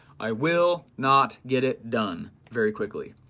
i will not get it done very quickly,